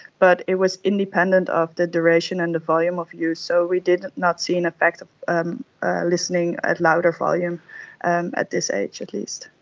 but it was independent of the duration and the volume of use, so we did not see an effect of um listening at louder volume and at this age, at least.